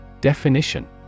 Definition